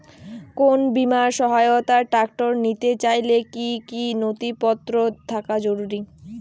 কোন বিমার সহায়তায় ট্রাক্টর নিতে চাইলে কী কী নথিপত্র থাকা জরুরি?